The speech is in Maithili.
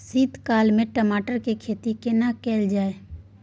शीत काल में टमाटर के खेती केना कैल जाय?